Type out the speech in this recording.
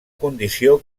condició